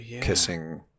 kissing